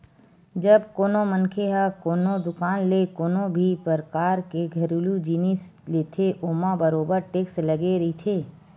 जब कोनो मनखे ह कोनो दुकान ले कोनो भी परकार के घरेलू जिनिस लेथे ओमा बरोबर टेक्स लगे रहिथे